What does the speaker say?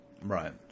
Right